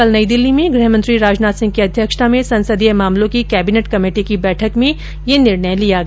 कल नई दिल्ली में गृह मंत्री राजनाथ सिंह की अध्यक्षता में संसदीय मामलों की कैबिनेट कमेटी की बैठक में यह निर्णय लिया गया